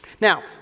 Now